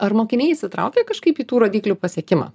ar mokiniai įsitraukia kažkaip tų rodiklių pasiekimą